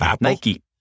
nike